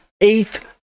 Eighth